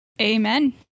Amen